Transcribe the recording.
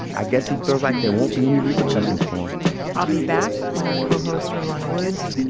i guess he feels like they won't be any repercussions for him i'll be back with our co-host, earlonne woods,